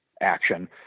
action